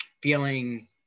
feeling